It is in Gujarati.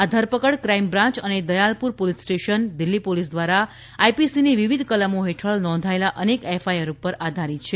આ ધરપકડ ક્રાઈમ બ્રાંચ અને Dayalpur police station Delhi police દ્વારા આઈપીસીની વિવિધ કલમો હેઠળ નોંધાયેલા અનેક એફઆઈઆર પર આધારિત છે